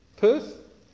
Perth